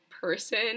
person